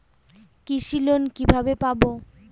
কৃষি লোন কিভাবে পাব?